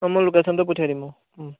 অঁ মই লোকেশ্যনটো পইঠিয়াই দিম অঁ